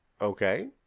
Okay